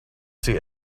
see